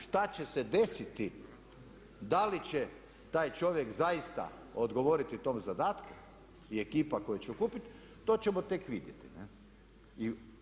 Što će se desiti, da li će taj čovjek zaista odgovoriti tom zadatku i ekipa koju će okupiti to ćemo tek vidjeti ne'